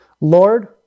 Lord